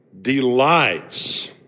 delights